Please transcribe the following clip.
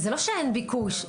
זה לא שאין ביקוש.